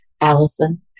Allison